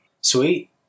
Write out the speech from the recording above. Sweet